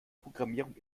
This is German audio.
programmierung